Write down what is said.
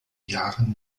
jahren